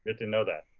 to know that.